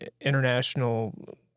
international –